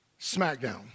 Smackdown